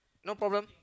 no problem